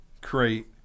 create